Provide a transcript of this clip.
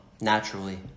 naturally